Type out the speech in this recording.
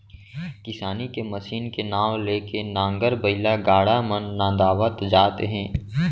किसानी के मसीन के नांव ले के नांगर, बइला, गाड़ा मन नंदावत जात हे